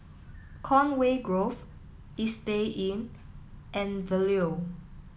Conway Grove Istay Inn and The Leo